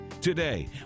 Today